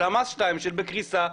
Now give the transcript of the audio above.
של למ"ס שתיים שהן בקריסה.